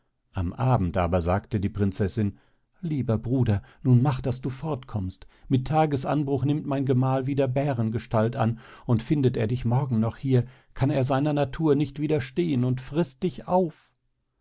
am abend aber sagte die prinzessin lieber bruder nun mach daß du fort kommst mit tages anbruch nimmt mein gemahl wieder bärengestalt an und findet er dich morgen noch hier kann er seiner natur nicht widerstehen und frißt dich auf